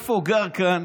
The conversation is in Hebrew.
איפה גר כאן